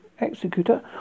executor